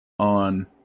on